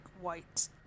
white